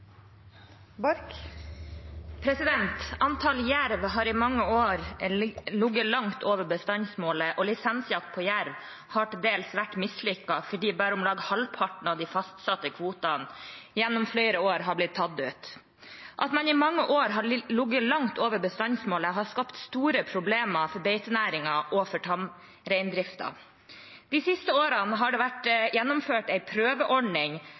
til oppfølgingsspørsmål. Antallet jerv har i mange år ligget langt over bestandsmålet, og lisensjakt på jerv har til dels vært mislykket fordi bare om lag halvparten av de fastsatte kvotene gjennom flere år har blitt tatt ut. At man i mange år har ligget langt over bestandsmålet, har skapt store problemer for beitenæringen og for tamreindriften. De siste årene har det vært gjennomført en prøveordning